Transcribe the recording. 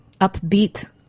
upbeat